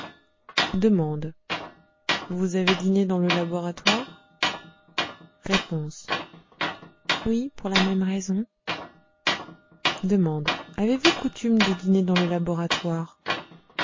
vous avez dîné dans le laboratoire r oui pour la même raison d avez-vous coutume de dîner dans le laboratoire